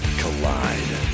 collide